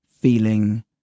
feeling